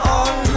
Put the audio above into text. on